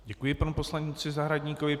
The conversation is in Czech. Děkuji panu poslanci Zahradníkovi.